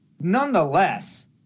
nonetheless